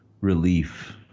relief